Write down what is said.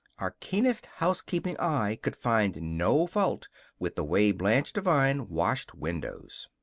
our keenest housekeeping eye could find no fault with the way blanche devine washed windows.